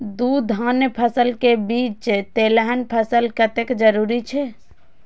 दू धान्य फसल के बीच तेलहन फसल कतेक जरूरी छे?